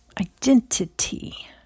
Identity